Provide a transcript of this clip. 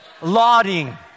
Lauding